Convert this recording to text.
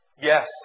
Yes